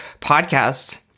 podcast